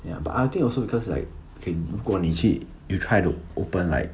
ya but I think also because like okay 如果你去 you try to open like